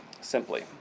simply